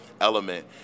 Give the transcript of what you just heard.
element